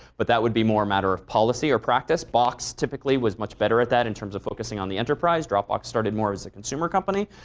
but that would be more a matter of policy or practice. box typically was much better at that in terms of focusing on the enterprise. dropbox started more as a consumer company.